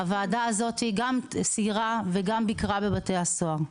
הוועדה הזו גם סיירה וגם ביקרה בבתי הסוהר.